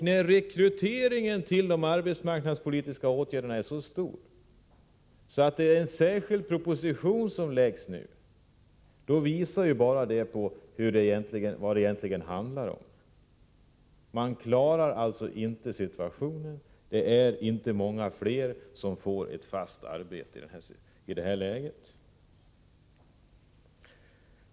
När rekryteringen till de arbetsmarknadspolitiska åtgärderna är så stor att det nu läggs fram en särskild proposition om den saken visar det hur läget egentligen är. Man klarar inte av situationen. Det är inte många fler som får ett fast arbete i det här läget.